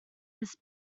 this